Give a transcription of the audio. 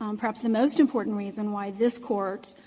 um perhaps the most important reason, why this court,